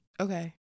okay